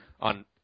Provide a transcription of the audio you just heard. on